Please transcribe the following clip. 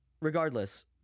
regardless